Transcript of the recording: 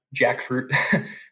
jackfruit